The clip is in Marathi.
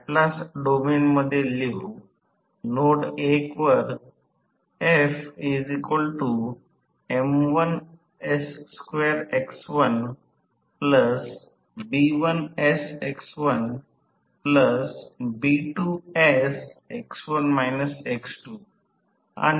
आता जेव्हा n n S समजा जेव्हा n n S नंतर त्या स्लिप ला काय म्हणायचे तर येथे ते स्लिप ० आहे आणि हे बाजू आहे आणि जेव्हा n ० आहे त्या वेळेस स्लिप 1 ची प्रारंभिक स्थिती आहे